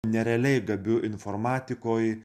nerealiai gabiu informatikoj